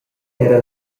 era